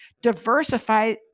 diversify